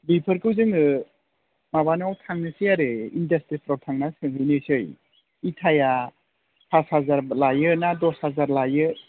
बेफोरखौ जोङो माबानाव थांनोसै आरो इन्डासट्रिफ्राव थांनानै सोहैनोसै इटाया पाच हाजार लायो ना दस' हाजार लायो